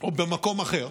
או במקום אחר.